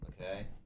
okay